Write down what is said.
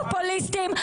פופוליסטיים,